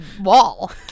wall